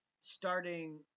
starting